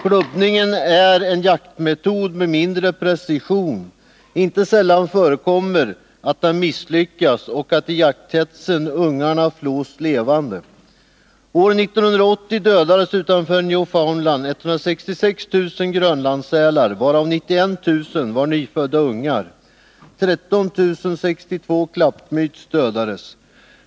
Klubbningen är en jaktmetod med mindre precision. Inte sällan förekommer att den misslyckas och att ungarna i jakthetsen flås levande. År 1980 dödades utanför Newfoundland 166 000 grönlandssälar, av vilka 91 000 var nyfödda ungar. 13 062 klappmyts dödades.